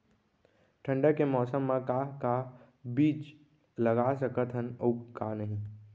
ठंडा के मौसम मा का का बीज लगा सकत हन अऊ का नही?